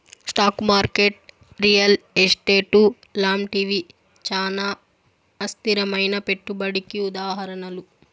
stock market real estate లాంటివి చానా అస్థిరమైనా పెట్టుబడికి ఉదాహరణలు